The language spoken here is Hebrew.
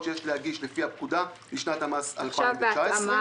שיש להגיש לפי הפקודה לשנת המס 2019." עכשיו בהתאמה,